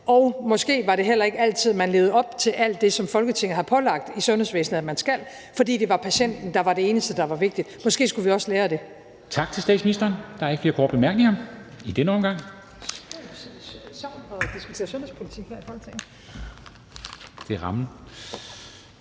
og måske var det heller ikke altid, man levede op til alt det, som Folketinget har pålagt at man skal i sundhedsvæsenet, fordi det var patienten, der var det eneste, der var vigtigt. Måske skulle vi også lære af det.